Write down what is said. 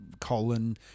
colon